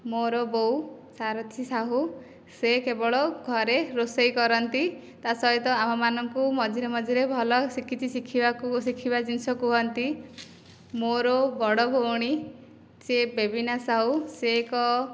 ମୋର ବୋଉ ସାରଥୀ ସାହୁ ସେ କେବଳ ଘରେ ରୋଷେଇ କରନ୍ତି ତା'ସହିତ ଆମମାନଙ୍କୁ ମଝିରେ ମଝିରେ ଭଲ ସେ କିଛି ଶିଖିବାକୁ ଶିଖିବା ଜିନିଷ କୁହନ୍ତି ମୋର ବଡ଼ ଭଉଣୀ ସିଏ ବେବିନା ସାହୁ ସିଏ ଏକ